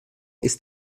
ist